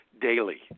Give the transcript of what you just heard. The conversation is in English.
daily